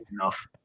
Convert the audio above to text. enough